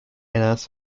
announced